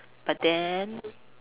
but then